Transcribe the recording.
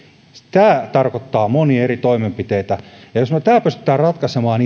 tämä tarkoittaa monia eri toimenpiteitä ja jos me tämän pystymme ratkaisemaan